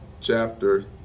chapter